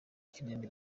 kinini